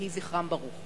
יהי זכרם ברוך.